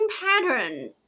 pattern